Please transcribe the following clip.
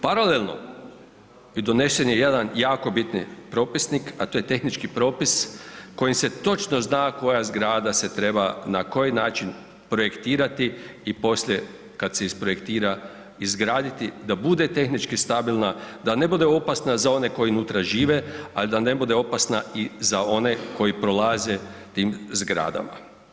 Paralelno donesen je jedan jako bitni propisnik, a to je tehnički propis kojim se točno zna koja zgrada se treba na koji način projektirati i poslije kad se isprojektira izgraditi da bude tehnički stabilna, da ne bude opasna za one koji unutra žive, a da ne bude opasna i za one koji prolaze tim zgradama.